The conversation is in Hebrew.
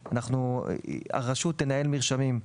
הרשות תנהל מרשמים.